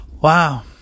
Wow